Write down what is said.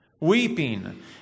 weeping